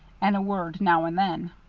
and a word now and then.